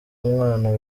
umwana